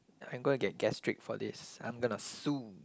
I'm gonna get gastric for this I'm gonna sue